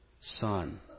son